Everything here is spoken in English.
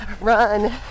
run